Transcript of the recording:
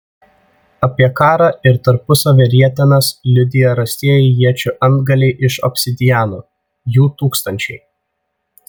apie karą ir tarpusavio rietenas liudija rastieji iečių antgaliai iš obsidiano jų tūkstančiai